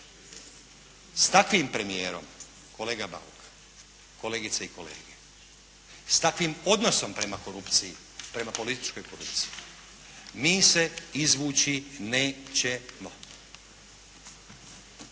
S takvim premijerom, kolega Bauk, kolegice i kolege, s takvim odnosom prema korupciji, prema političkoj korupciji mi se izvući nećemo.